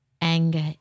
anger